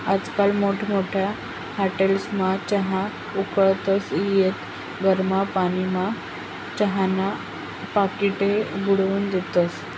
आजकाल मोठमोठ्या हाटेलस्मा चहा उकाळतस नैत गरम पानीमा चहाना पाकिटे बुडाईन देतस